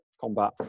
combat